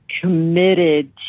committed